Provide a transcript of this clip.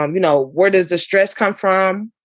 um you know, where does the stress come from?